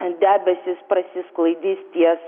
debesys prasisklaidys ties